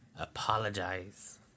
Apologize